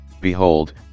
Behold